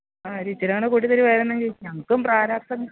ആ ഒരിച്ചിരിയും കൂടെ കൂട്ടി തരുവായിരുന്നെങ്കിൽ ഞങ്ങൾക്കും പ്രാരാബ്ദം